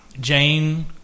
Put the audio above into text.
Jane